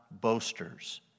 boasters